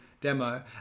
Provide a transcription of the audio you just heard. demo